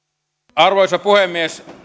arvoisa puhemies